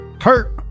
hurt